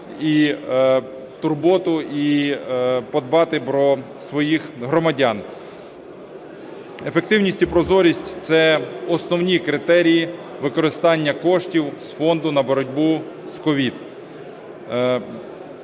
і турботу, і подбати про своїх громадян. Ефективність і прозорість – це основні критерії використання коштів з фонду на боротьбу з COVID.